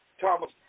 Thomas